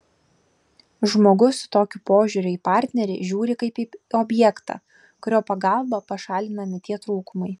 žmogus su tokiu požiūriu į partnerį žiūri kaip į objektą kurio pagalba pašalinami tie trūkumai